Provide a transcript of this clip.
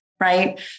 Right